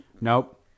Nope